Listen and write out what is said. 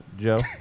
joe